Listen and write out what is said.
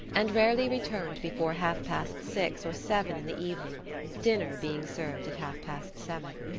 and rarely returned before half-past six or seven in the evening dinner being served at half-past seven.